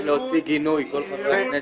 חייבים להוציא גינוי, כל חברי הכנסת.